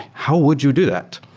how would you do that?